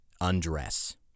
Undress